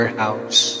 house